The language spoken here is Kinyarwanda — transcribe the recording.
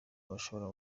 bashobora